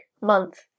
month